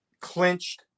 clinched